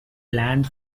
planned